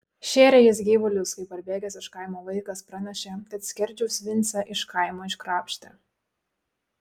šėrė jis gyvulius kai parbėgęs iš kaimo vaikas pranešė kad skerdžiaus vincę iš kaimo iškrapštė